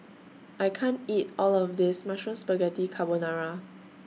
I can't eat All of This Mushroom Spaghetti Carbonara